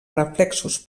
reflexos